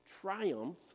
triumph